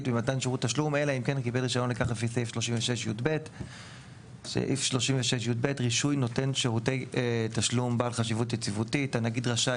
במתן שירות תשלום אלא אם כן קיבל רישיון לכך לפי סעיף 36יב. רישוי נותן שירותי תשלום בעל חשיבות יציבותית 36יב. הנגיד רשאי,